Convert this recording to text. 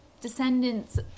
Descendants